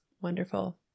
Wonderful